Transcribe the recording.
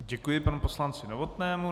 Děkuji panu poslanci Novotnému.